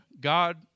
God